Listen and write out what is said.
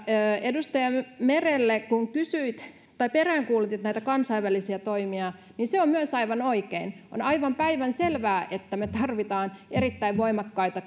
edustaja merelle kun peräänkuulutit näitä kansainvälisiä toimia niin se on myös aivan oikein on aivan päivänselvää että me tarvitsemme erittäin voimakkaita